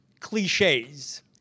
cliches